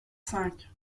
cinq